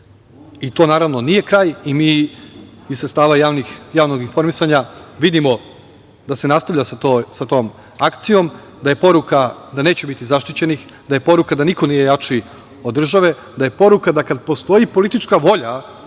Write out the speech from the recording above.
To, naravno, nije kraj. Mi iz sredstava javnog informisanja vidimo da se nastavlja sa tom akcijom, da je poruka da neće biti zaštićenih, da je poruka da niko nije jači od države, da je poruka da kada postoji politička volja